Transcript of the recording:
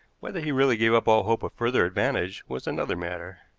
whether he really gave up all hope of further advantage was another matter.